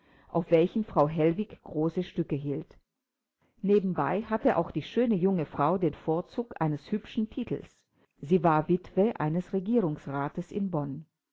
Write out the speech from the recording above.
auf welchen frau hellwig große stücke hielt nebenbei hatte auch die schöne junge frau den vorzug eines hübschen titels sie war die witwe eines regierungsrates in bonn